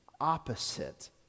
opposite